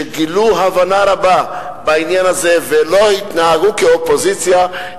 שגילו הבנה רבה בעניין הזה ולא התנהגו כאופוזיציה,